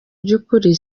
by’ukuri